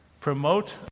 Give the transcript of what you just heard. promote